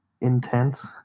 intense